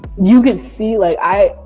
you can see, like, i,